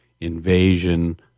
invasion